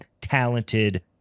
talented